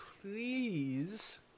please